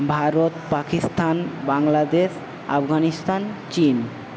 ভারত পাকিস্তান বাংলাদেশ আফগানিস্তান চীন